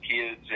kids